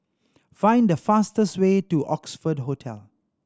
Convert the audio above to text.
find the fastest way to Oxford Hotel